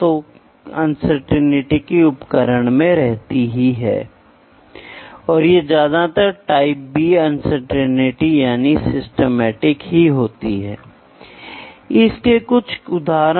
तो आपको यह समझना चाहिए कि मैं आपको समस्या के कंस्ट्रेंट भी दे सकता हूं कंस्ट्रेंट रबर बैंड है रबर बैंड प्रकृति में लोचदार है